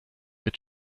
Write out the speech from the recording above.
mit